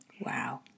Wow